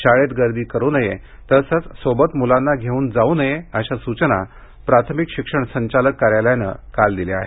शाळेत गर्दी करू नये तसंच सोबत मुलांना घेऊन जाऊ नयेअशा सूचना प्राथमिक शिक्षण संचालक कार्यालयाने काल दिल्या आहेत